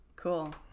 Cool